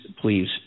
please